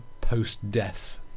post-death